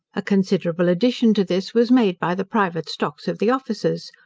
a considerable addition to this was made by the private stocks of the officers,